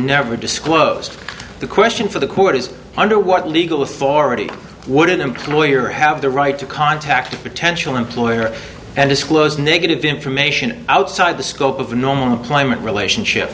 never disclosed the question for the court is under what legal authority would an employer have the right to contact a potential employer and disclose negative information outside the scope of normal employment relationship